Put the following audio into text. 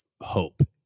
hope